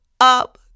up